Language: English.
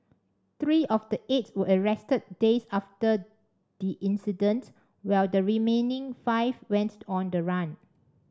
three of the eight were arrested days after the incident while the remaining five went on the run